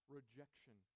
rejection